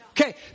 Okay